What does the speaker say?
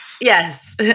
Yes